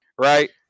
right